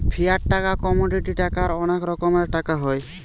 fiat টাকা, commodity টাকার অনেক রকমের টাকা হয়